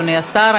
אדוני השר,